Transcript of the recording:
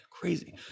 Crazy